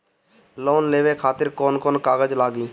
Loan लेवे खातिर कौन कौन कागज लागी?